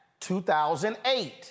2008